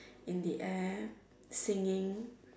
in the air singing